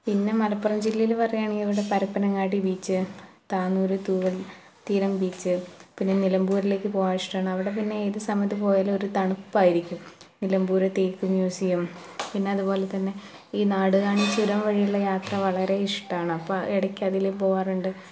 പിന്നെ മലപ്പുറം ജില്ലേൽ പറയാണെങ്കിൽ ഇവിടെ പരുപ്പനങ്ങാടി ബീച്ച് താന്നൂര്തൂവൽ തീരം ബീച്ച് പിന്നെ നിലമ്പൂരിലേക്ക് പോവാൻ ഇഷ്ട്ടമാണ് അവിടെ പിന്നെ ഏതു സമയത്ത് പോയാലും ഒരു തണുപ്പായിരിക്കും നിലമ്പൂർ തേക്ക് മ്യൂസിയം പിന്നെ അതുപോലെതന്നെ ഈ നാടുകാണിച്ചുരം വഴിയുള്ള യാത്ര വളരെ ഇഷ്ട്ടമാണ് അപ്പം ഇടക്ക് അതിൽ പോവാറുണ്ട്